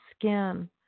skin